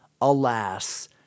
alas